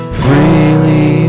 freely